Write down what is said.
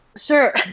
Sure